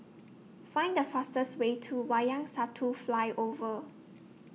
Find The fastest Way to Wayang Satu Flyover